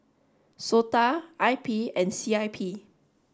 SOTA I P and C I P